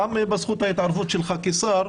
גם בזכות ההתערבות שלך כשר,